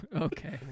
Okay